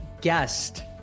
guest